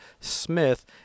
Smith